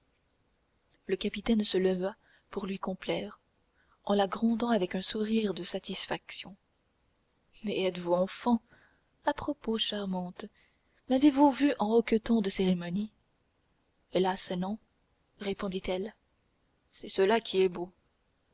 le capitaine se leva pour lui complaire en la grondant avec un sourire de satisfaction mais êtes-vous enfant à propos charmante m'avez-vous vu en hoqueton de cérémonie hélas non répondit-elle c'est cela qui est beau